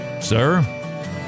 Sir